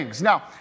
Now